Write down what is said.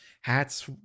hats